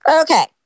Okay